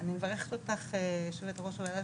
וגם לא ועדות שקודם נקראו ועדות השמה,